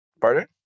Pardon